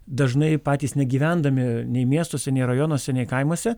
dažnai patys negyvendami nei miestuose nei rajonuose nei kaimuose